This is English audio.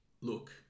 look